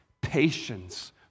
patience